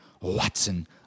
Watson